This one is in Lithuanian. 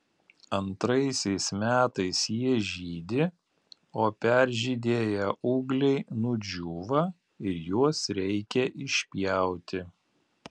antraisiais metais jie žydi o peržydėję ūgliai nudžiūva ir juos reikia išpjauti